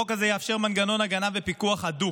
החוק הזה יאפשר מנגנון הגנה ופיקוח הדוק,